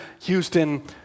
Houston